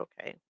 okay